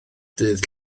dydd